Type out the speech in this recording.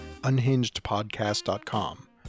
unhingedpodcast.com